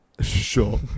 Sure